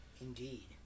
indeed